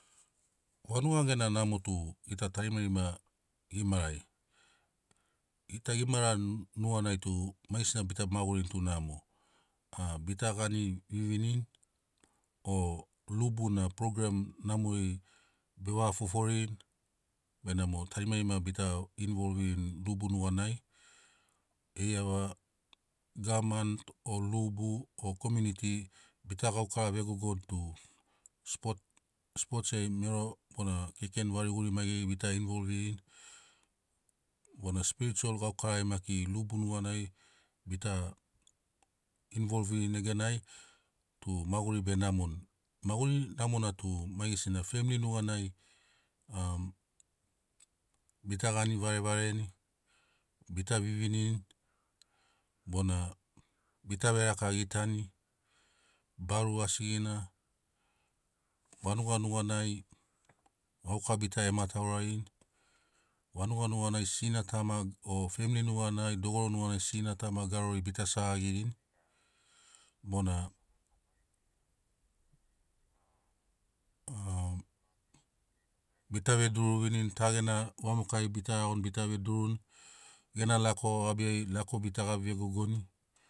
Vanuga gena namo tu gita tarimarima gimarai gita gimara nuganai tu maigesina bita magurini tu namo a bita gani vivinini o lubu na program namori bevaga foforini benamo tarimarima bita involrini lubu nuganai eiava gavamani o lubu o komuniti bita gaukara vegogoni tu spot spots iai mero bona kekeni variguri maigeri bita involrini bona spirichol gaukarari maki lubu nuganai bita involrini neganai tu maguri be namoni. Maguri namona tu maigesina femili nuganai am bita gani varevareni bita vivinini bona bita veraka gitani baru asigina vanuga nuganai gauka bita emataurairini vanuga nuganai sina tama o femili nuganai dogoro nuganai sina tama garori bita segagirini bona bita veduru vivinini ta gena vamoka bita iagoni bita veduruni gena lako gabiai bita gabi vegogoni